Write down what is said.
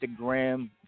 Instagram